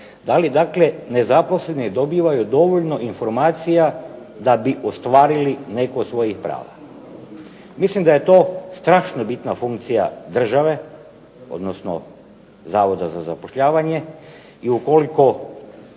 Da li dakle nezaposleni dobivaju dovoljno informacija da bi ostvarili neko od svojih prava. Mislim da je to strašno bitna funkcija države odnosno Zavoda za zapošljavanje i ukoliko